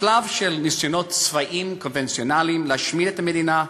השלב של ניסיונות צבאיים קונבנציונליים להשמיד את המדינה,